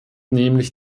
nämlich